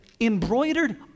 embroidered